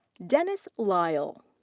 dennis lyle.